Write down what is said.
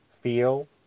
feel